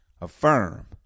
affirm